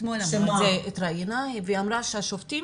היא התראיינה ואמרה שהשופטים